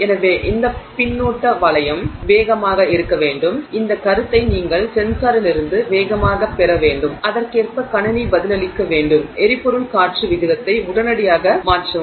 எனவே இந்த பின்னூட்ட வளையம் வேகமாக இருக்க வேண்டும் இந்த கருத்தை நீங்கள் சென்சாரிலிருந்து வேகமாகப் பெற வேண்டும் அதற்கேற்ப கணினி பதிலளிக்க வேண்டும் எரிபொருள் காற்று விகிதத்தை உடனடியாக மாற்றவும்